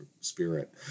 Spirit